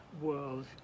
world